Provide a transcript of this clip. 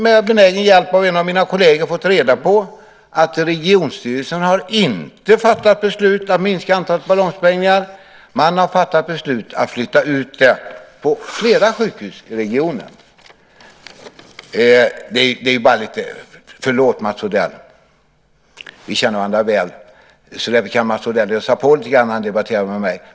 Med hjälp av en av mina kolleger har jag fått reda på att regionstyrelsen inte har fattat beslut om att minska antalet ballongsprängningar. Man har fattat beslut om att flytta ut dem på flera sjukhus i regionen. Mats Odell och jag känner varandra väl, så det är väl därför som han öser på när han debatterar med mig.